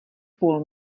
půl